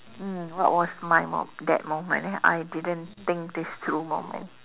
mm what was my mo~ that moment eh I didn't think this through moment